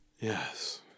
Yes